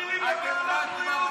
תסביר לי, במה אנחנו יהודים?